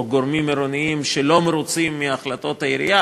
גורמים עירוניים שלא מרוצים מהחלטות העירייה.